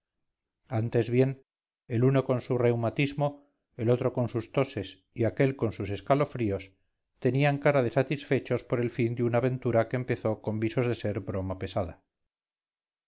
antes bien el uno con su reumatismo el otro con sus toses y aquel con sus escalofríos tenían cara de satisfechos por el fin de una aventura que empezó con visos de ser broma pesada